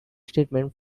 statement